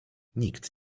nikt